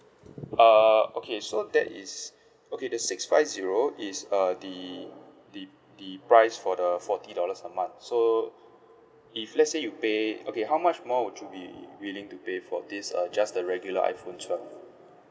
uh okay so that is okay the six five zero is uh the the the price for the forty dollars a month so if let's say you pay okay how much more would you be willing to pay for this uh just the regular iPhone twelve